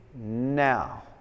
now